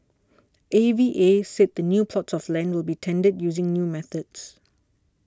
A V A said the new plots of land will be tendered using new methods